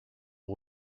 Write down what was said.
aux